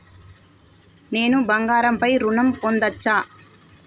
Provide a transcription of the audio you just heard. నేను బంగారం పై ఋణం పొందచ్చా?